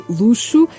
luxo